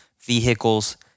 vehicles